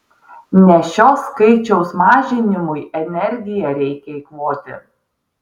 ne šio skaičiaus mažinimui energiją reikia eikvoti